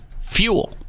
fuel